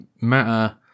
matter